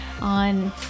on